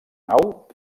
nau